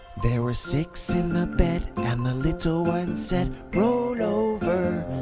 there were six in the bed and the little one said, roll over,